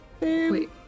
Wait